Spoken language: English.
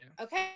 Okay